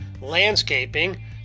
landscaping